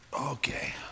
Okay